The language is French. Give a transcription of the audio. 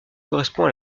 correspond